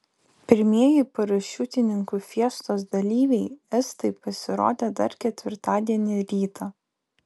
pirmieji parašiutininkų fiestos dalyviai estai pasirodė dar ketvirtadienį rytą